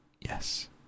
Yes